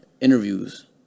interviews